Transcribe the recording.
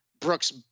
Brooks